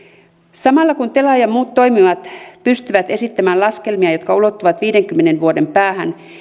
samalla kun tela ja muut toimijat pystyvät esittämään laskelmia jotka ulottuvat viidenkymmenen vuoden päähän